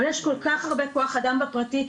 אבל יש כל כך הרבה כוח אדם בפרטי,